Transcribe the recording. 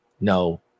no